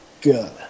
Good